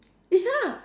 ya